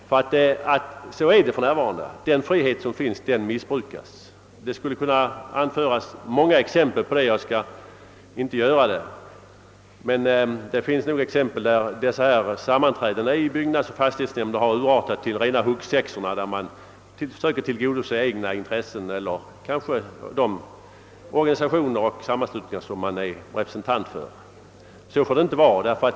För närvarande missbrukas den; jag skulle kunna anföra många exempel härpå men skall inte göra det. Det finns fall då sammanträden i byggnadsnämnder och fastighetsnämnder ur artat till rena huggsexor där man på olika håll försöker tillgodose egna intressen eller kanske de organisationers och sammanslutningars som man representerar. Så får det inte gå till, herr talman.